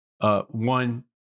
one